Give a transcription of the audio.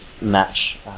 match